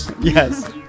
yes